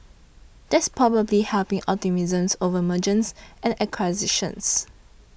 that's probably helping optimism over mergers and acquisitions